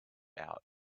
out